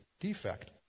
defect